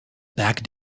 back